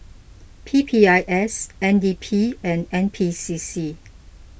P P I S N D P and N P C C